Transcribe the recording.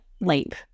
leap